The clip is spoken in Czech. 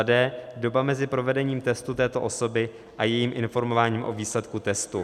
d) doba mezi provedením testu této osoby a jejím informováním o výsledku testu;